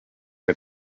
mir